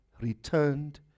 returned